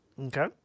Okay